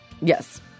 Yes